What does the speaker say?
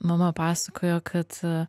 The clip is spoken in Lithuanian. mama pasakojo kad